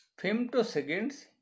femtoseconds